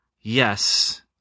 Yes